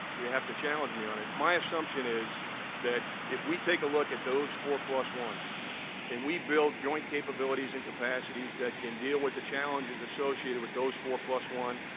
you have to challenge me on it. my assumption is that if we take a look at those four plus one and we build joint capabilities and capacities that can deal with the challenges associated with those four plus one,